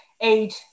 age